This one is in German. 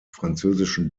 französischen